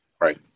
Right